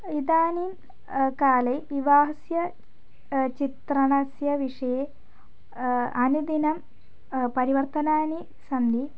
इदानीं काले विवाहस्य चित्रणस्य विषये अनुदिनं परिवर्तनानि सन्ति